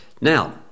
Now